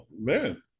man